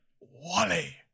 Wally